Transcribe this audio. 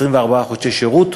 24 חודשי שירות,